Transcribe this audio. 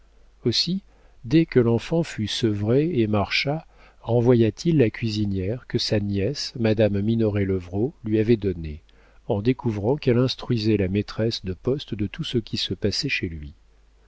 aussi dès que l'enfant fut sevrée et marcha renvoya t il la cuisinière que sa nièce madame minoret levrault lui avait donnée en découvrant qu'elle instruisait la maîtresse de poste de tout ce qui se passait chez lui